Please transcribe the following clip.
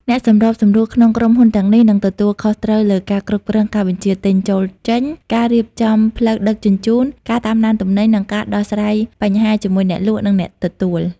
អ្នកសម្របសម្រួលក្នុងក្រុមហ៊ុនទាំងនេះនឹងទទួលខុសត្រូវលើការគ្រប់គ្រងការបញ្ជាទិញចូល-ចេញ ការរៀបចំផ្លូវដឹកជញ្ជូន ការតាមដានទំនិញ និងការដោះស្រាយបញ្ហាជាមួយអ្នកលក់ និងអ្នកទទួល។